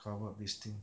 cover up this thing